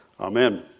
Amen